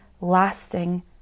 lasting